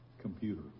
computer